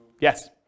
Yes